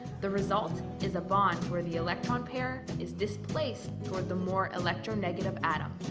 the result is a bond where the electron pair is displaced toward the more electronegative atom.